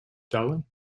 delhi